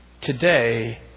today